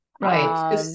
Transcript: Right